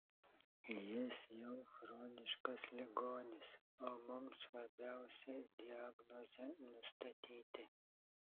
jis jau chroniškas ligonis o mums svarbiausia diagnozę nustatyti